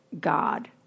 God